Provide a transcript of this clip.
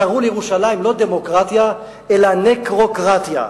קראו לירושלים לא דמוקרטיה אלא נקרוקרטיה,